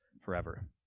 forever